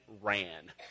ran